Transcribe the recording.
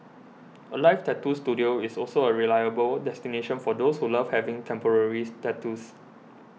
Alive Tattoo Studio is also a reliable destination for those who love having temporaries tattoos